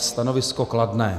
Stanovisko kladné.